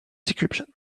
decryption